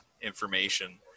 information